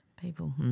people